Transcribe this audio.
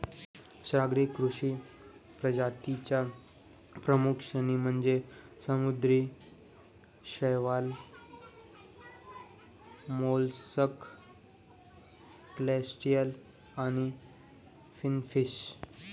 सागरी कृषी प्रजातीं च्या प्रमुख श्रेणी म्हणजे समुद्री शैवाल, मोलस्क, क्रस्टेशियन आणि फिनफिश